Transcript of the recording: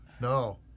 No